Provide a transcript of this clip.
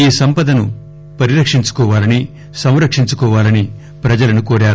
ఈ సంపదను పరిరక్షించుకోవాలని సంరక్షించుకోవాలని ప్రజలను కోరారు